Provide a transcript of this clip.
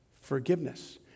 Forgiveness